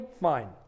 Fine